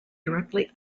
directly